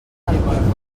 del